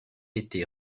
été